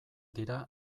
dira